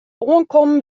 oankommen